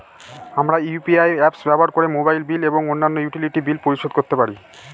আমরা UPI apps ব্যবহার করে মোবাইল বিল এবং অন্যান্য ইউটিলিটি বিল পরিশোধ করতে পারি